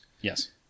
Yes